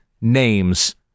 name's